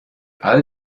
all